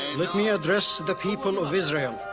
let me address the people of israel.